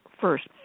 first